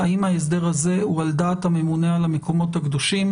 האם ההסדר הזה הוא על דעת הממונה על המקומות הקדושים